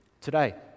today